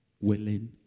willing